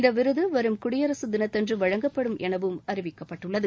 இந்த விருது வரும் குடியரசுத் தினத்தன்று வழங்கப்படும் எனவும் அறிவிக்கப்பட்டுள்ளது